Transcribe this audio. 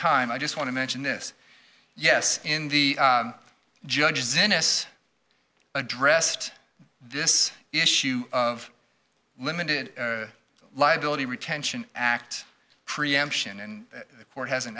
time i just want to mention this yes in the judges in this addressed this issue of limited liability retention act preemption and the court hasn't